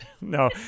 no